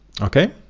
okay